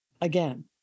again